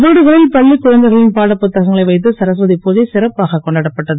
வீடுகளில் பள்ளிக் குழந்தைகளின் பாடப்புத்தகங்களை வைத்து சரஸ்வ புஜை சிறப்பாக கொண்டாடப்பட்டது